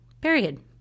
period